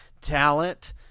talent